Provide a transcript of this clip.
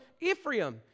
Ephraim